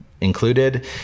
included